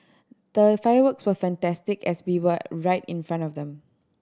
the fireworks were fantastic as we were right in front of them